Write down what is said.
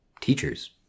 teachers